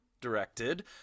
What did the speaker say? directed